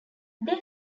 they